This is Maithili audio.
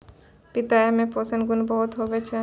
पिताया मे पोषण गुण बहुते हुवै छै